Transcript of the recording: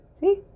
See